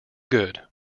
good